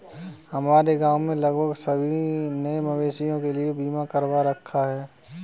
हमारे गांव में लगभग सभी ने मवेशियों के लिए बीमा करवा रखा है